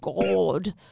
god